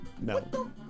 no